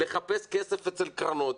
לחפש כסף אצל קרנות,